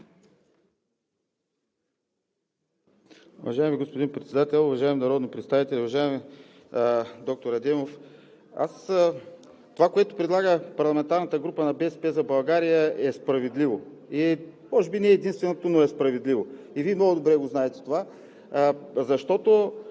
Уважаеми господин Председател, уважаеми народни представители! Уважаеми доктор Адемов, това, което предлага парламентарната група на „БСП за България“, е справедливо, може би не е единственото, но е справедливо и Вие много добре го знаете това, защото